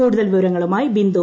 കൂടുതൽ വിവരങ്ങളുമായി ബിന്ദു